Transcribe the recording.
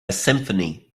symphony